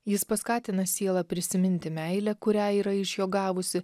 jis paskatina sielą prisiminti meilę kurią yra iš jo gavusi